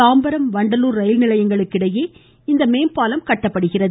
Tambaram Vandalur rail நிலையங்களுக்கு இடையே இந்த மேம்பாலம் கட்டப்படுகிறது